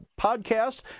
podcast